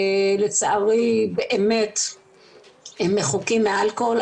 לצערי באמת הם מחוקים מאלכוהול.